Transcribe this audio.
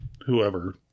whoever